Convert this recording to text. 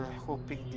hoping